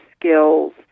skills